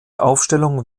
aufstellung